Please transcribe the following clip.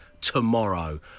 Tomorrow